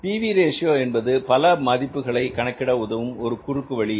B V ratio PV Ratio என்பது பல மதிப்புகளை கணக்கிட உதவும் ஒரு குறுக்கு வழி